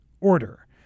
order